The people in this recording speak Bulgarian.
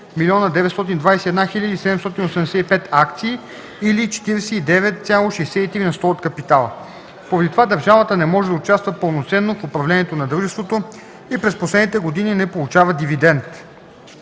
млн. 921 хил. 785 акции или 49,63% от капитала. Поради това държавата не може да участва пълноценно в управлението на дружеството и през последните години не получава дивидент.